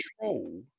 control